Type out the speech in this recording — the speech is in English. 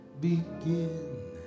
begin